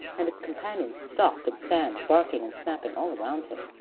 and its companions stop and stand barking and snapping all around him.